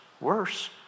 worse